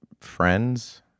friends